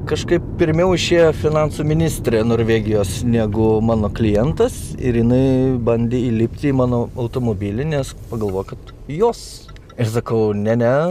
kažkaip pirmiau išėjo finansų ministrė norvegijos negu mano klientas ir jinai bandė įlipti į mano automobilį nes pagalvo kad jos ir sakau ne ne